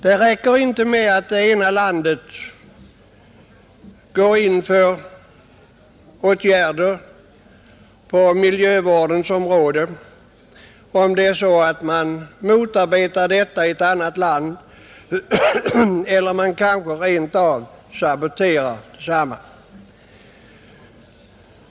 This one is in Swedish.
Det räcker inte med att ett land går in för åtgärder på miljövårdens område om åtgärderna motarbetas i ett annat land eller rent av saboteras.